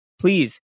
please